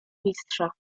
mistrza